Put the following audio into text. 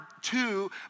two